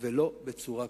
ולא בצורה כוחנית.